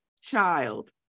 child